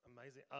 Amazing